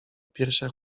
piersiach